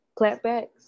clapbacks